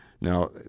Now